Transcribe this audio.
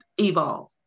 evolve